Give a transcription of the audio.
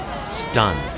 stunned